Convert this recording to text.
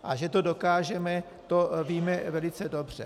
A že to dokážeme, to víme velice dobře.